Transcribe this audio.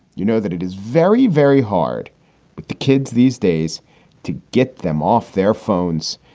you know that it is very, very hard with the kids these days to get them off their phones.